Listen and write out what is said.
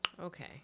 Okay